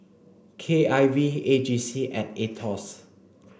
K I V A J C and AETOS